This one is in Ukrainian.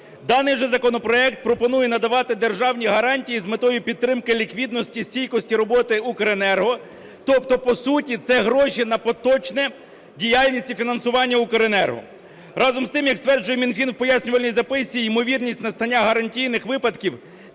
Даний законопроект пропонує надавати державні гарантії з метою підтримки ліквідності, стійкості роботи "Укренерго", тобто по суті – це гроші на поточну діяльність і фінансування "Укренерго". Разом з тим, як стверджує Мінфін в пояснювальній записці, ймовірність настання гарантійних випадків